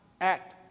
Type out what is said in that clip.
act